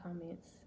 comments